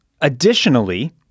Additionally